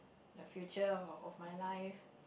and future of my life